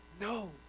No